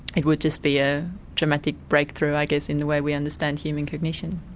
it would just be a dramatic breakthrough i guess in the way we understand human cognition.